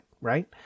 right